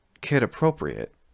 kid-appropriate